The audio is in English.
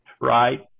Right